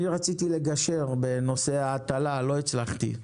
אני רציתי לגשר בנושא ההטלה, לא הצלחתי,